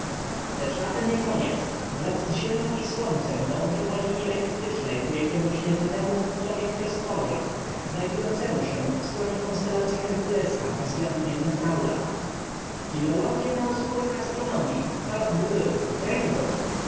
lecz na tern nie koniec w raz z ziemią i słońcem dąży po linii elip tycznej ku jakiem uś nieznanem u punktow i w przestw orzach znajdującem u się w stronie konstelacyi h erkulesa w zględnie c en taura filologia na usługach astronom ii